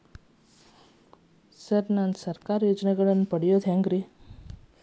Sir ನಾನು ಸರ್ಕಾರ ಯೋಜೆನೆಗಳನ್ನು ಪಡೆಯುವುದು ಹೆಂಗ್ರಿ?